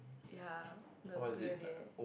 ya the beer there